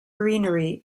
greenery